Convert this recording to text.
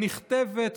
הנכתבת,